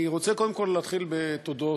אני רוצה להתחיל בתודות.